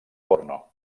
porno